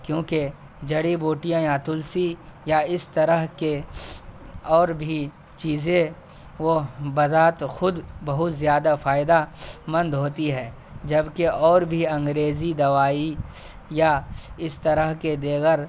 کیونکہ جڑی بوٹیاں یا تلسی یا اس طرح کی اور بھی چیزیں وہ بذات خود بہت زیادہ فائدہ مند ہوتی ہیں جبکہ اور بھی انگریزی دوائی یا اس طرح کے دیگر